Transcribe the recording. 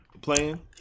playing